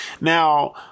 Now